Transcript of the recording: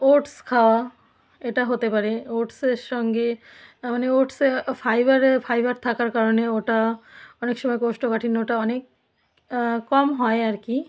oats খাওয়া এটা হতে পারে ওটসের সঙ্গে মানে ওটসের ফাইবারের ফাইবার থাকার কারণে ওটা অনেক সময় কোষ্ঠকাঠিন্য ওটা অনেক কম হয় আর কি